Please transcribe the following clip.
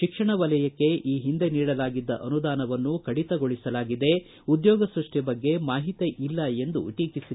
ಶಿಕ್ಷಣ ವಲಯಕ್ಕೆ ಈ ಹಿಂದೆ ನೀಡಲಾಗಿದ್ದ ಅನುದಾನವನ್ನು ಕಡಿತಗೊಳಿಸಲಾಗಿದೆ ಉದ್ಯೋಗಸ್ಪಷ್ಟಿ ಬಗ್ಗೆ ಮಾಹಿತಿ ಇಲ್ಲ ಎಂದು ಟೀಕಿಸಿದ್ದಾರೆ